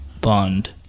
Bond